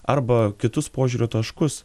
arba kitus požiūrio taškus